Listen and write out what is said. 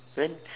when